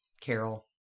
Carol